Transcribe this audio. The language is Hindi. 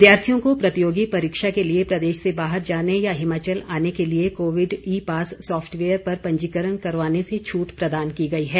विद्यार्थियों को प्रतियोगी परीक्षा के लिए प्रदेश से बाहर जाने या हिमाचल आने के लिए कोविड ई पास साफ्टवेयर पर पंजीकरण करवाने से छूट प्रदान की गई है